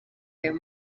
ayo